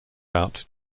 out